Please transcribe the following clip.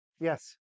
Yes